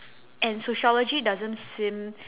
and sociology doesn't seem